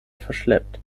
verschleppt